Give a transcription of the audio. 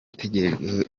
utegerejweho